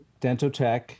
Dentotech